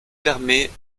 fermée